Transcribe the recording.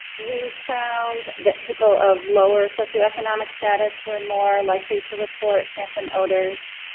we found that people of lower socio-economic status were more likely to report phantom odours.